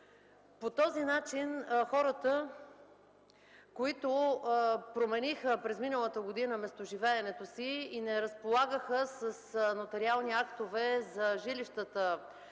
По този начин хората, които промениха през миналата година местоживеенето си и не разполагаха с нотариални актове за жилищата,